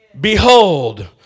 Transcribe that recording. behold